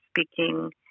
speaking